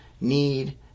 need